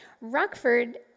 Rockford